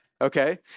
Okay